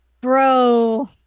Bro